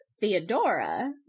Theodora